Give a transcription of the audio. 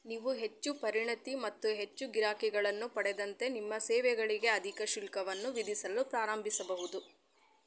ನೀವು ಹೆಚ್ಚು ಪರಿಣತಿ ಮತ್ತು ಹೆಚ್ಚು ಗಿರಾಕಿಗಳನ್ನು ಪಡೆದಂತೆ ನಿಮ್ಮ ಸೇವೆಗಳಿಗೆ ಅಧಿಕ ಶುಲ್ಕವನ್ನು ವಿಧಿಸಲು ಪ್ರಾರಂಭಿಸಬಹುದು